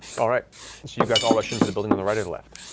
all right. and so you guys all rush into the building on the right or the left?